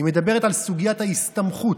היא מדברת על סוגיית ההסתמכות.